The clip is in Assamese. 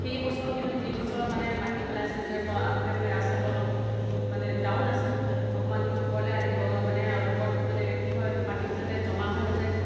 সেই বছৰ কিন্তু যিবছৰ মানে মাটি পেলাইছে যে আগতে মানে ৰাস্তাটো অলপ মানে ডাউন আছিল অকণমানটো ওপৰলৈ আনিব মানে ওপৰত মানে কি হয় পানী যাতে জমা হৈ নেযায়